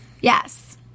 yes